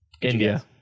India